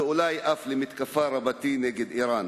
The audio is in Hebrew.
ואולי אף למתקפה רבתי נגד אירן.